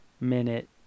minute